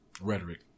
rhetoric